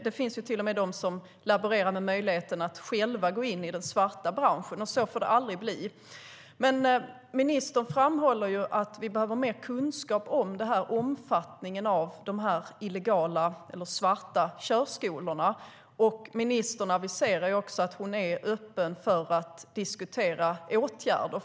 Det finns till och med de som laborerar med möjligheten att själva gå in i den svarta branschen, och så får det aldrig bli. Ministern framhåller att vi behöver mer kunskap om omfattningen av de svarta körskolorna. Ministern aviserar också att hon är öppen för att diskutera åtgärder.